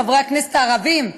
חברי הכנסת הערבים,